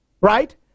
Right